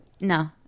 No